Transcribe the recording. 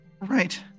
Right